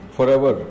Forever